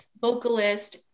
vocalist